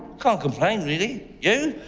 can't complain. really? yeah.